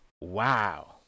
Wow